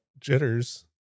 jitters